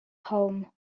home